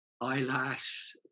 eyelash